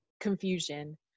confusion